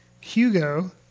Hugo